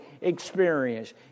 experience